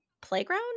playground